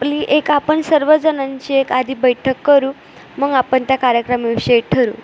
आपली एक आपण सर्वजणांची एक आधी बैठक करू मग आपण त्या कार्यक्रमविषयी ठरवू